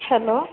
hello